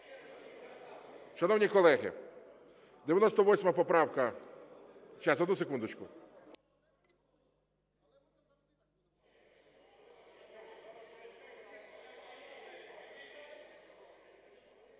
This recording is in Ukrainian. Шановні колеги, 26 поправка